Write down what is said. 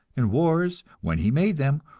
and wars, when he made them,